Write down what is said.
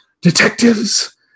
detective's